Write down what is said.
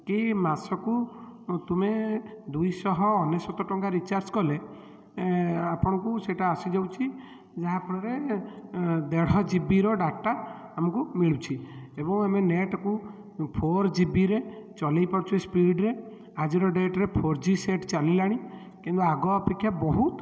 କି ମାସକୁ ତୁମେ ଦୁଇ ଶହ ଅନେଶତ ଟଙ୍କା ରଚାର୍ଜ କଲେ ଆପଣଙ୍କୁ ସେଟା ଆସିଯାଉଛି ଯାହାଫଳରେ ଦେଢ଼ ଜିବିର ଡ଼ାଟା ଆମକୁ ମିଳୁଛି ଏବଂ ଆମେ ନେଟ୍କୁ ଫୋର୍ ଜିବିରେ ଚଲେଇ ପାରୁଛେ ସ୍ପୀଡ଼୍ରେ ଆଜିର ଡ଼େଟ୍ରେ ଫୋର୍ ଜି ସେଟ୍ ଚାଲିଲାଣି କିନ୍ତୁ ଆଗ ଅପେକ୍ଷା ବହୁତ